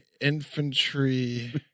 infantry